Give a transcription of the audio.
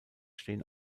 stehen